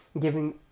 giving